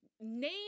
name